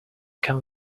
come